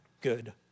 good